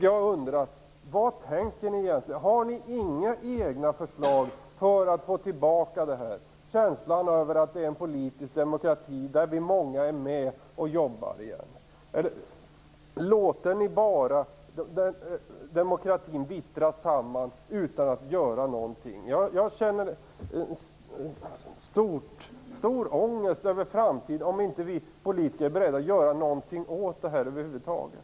Jag undrar: Har ni inga egna förslag för att få tillbaka känslan av att vi lever i en politisk demokrati, där vi är många som är med och jobbar? Eller låter ni bara demokratin vittra samman utan att göra någonting? Jag känner en stor ångest inför framtiden, om vi politiker inte är beredda att göra någonting åt detta över huvud taget.